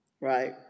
right